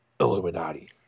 Illuminati